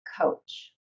coach